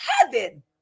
heaven